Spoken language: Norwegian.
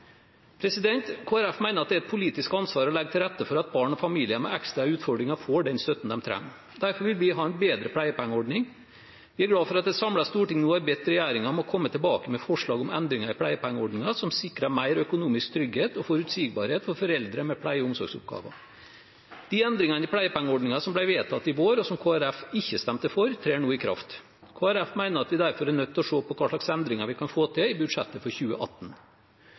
det er et politisk ansvar å legge til rette for at barn og familier med ekstra utfordringer får den støtten de trenger. Derfor vil vi ha en bedre pleiepengeordning. Vi er glad for at et samlet storting nå har bedt regjeringen om å komme tilbake med forslag om endringer i pleiepengeordningen som sikrer mer økonomisk trygghet og forutsigbarhet for foreldre med pleie- og omsorgsoppgaver. De endringene i pleiepengeordningen som ble vedtatt i vår, og som Kristelig Folkeparti ikke stemte for, trer nå i kraft. Kristelig Folkeparti mener at vi derfor er nødt til å se på hva slags endringer vi kan få til i budsjettet for 2018.